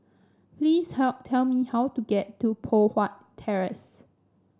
please help tell me how to get to Poh Huat Terrace